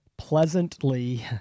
pleasantly